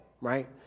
right